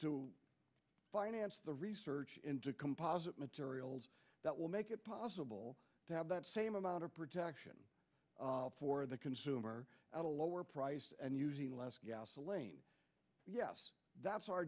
to finance the research into composite materials that will make it possible to have that same amount of protection for the consumer at a lower price and using less gasoline that's our